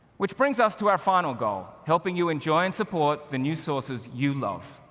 which brings us to our final goal helping you enjoy and support the news sources you love.